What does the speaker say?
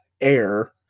air